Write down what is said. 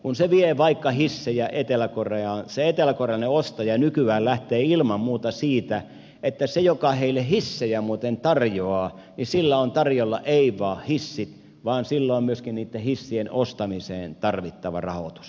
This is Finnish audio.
kun se vie vaikka hissejä etelä koreaan se eteläkorealainen ostaja nykyään lähtee ilman muuta siitä että sillä joka heille hissejä muuten tarjoaa on tarjolla ei vain hissi vaan myöskin niitten hissien ostamiseen tarvittava rahoitus